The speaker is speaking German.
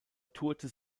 tourte